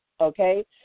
okay